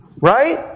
right